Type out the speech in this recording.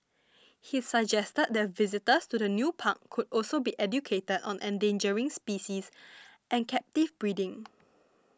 he suggested that visitors to the new park could also be educated on endangering species and captive breeding